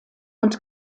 und